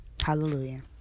Hallelujah